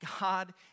God